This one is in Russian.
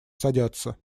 садятся